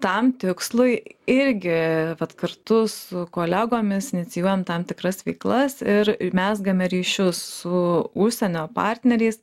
tam tikslui irgi kartu su kolegomis inicijuojam tam tikras veiklas ir mezgame ryšius su užsienio partneriais